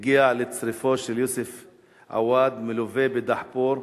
הגיע לצריפו של יוסף עוואד, מלווה בדחפור,